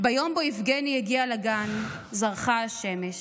"ביום בו יבגני הגיע לגן / זרחה השמש.